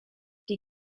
die